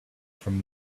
from